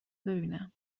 ببینم